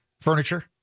Furniture